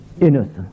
innocent